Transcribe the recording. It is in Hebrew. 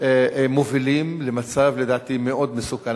מובילים למצב מאוד מסוכן.